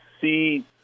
see